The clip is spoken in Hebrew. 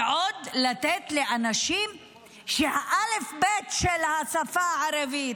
ועוד לתת לאנשים שהאל"ף-בי"ת של השפה הערבית,